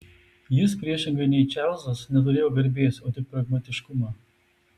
jis priešingai nei čarlzas neturėjo garbės o tik pragmatiškumą